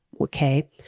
okay